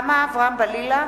רוחמה אברהם-בלילא,